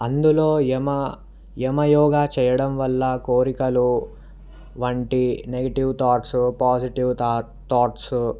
అందులో యమ యమ యోగా చేయడం వల్ల కోరికలు వంటి నెగిటివ్ థాట్స్ పాజిటివ్ థాట్స్